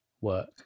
work